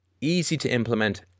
easy-to-implement